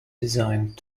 designed